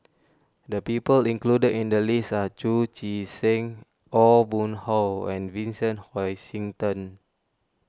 the people included in the list are Chu Chee Seng Aw Boon Haw and Vincent Hoisington